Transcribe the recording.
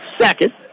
second